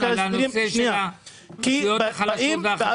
על הנושא של האוכלוסיות החלשות והחזקות.